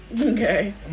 Okay